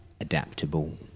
adaptable